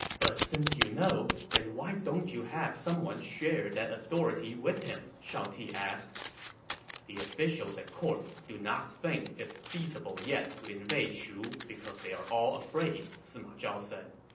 but since you know, then why don't you have someone share that authority with him? shao ti asked the officials at court do not think it's feasible yet to invade shu because they are afraid, sima zhao said.